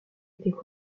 étaient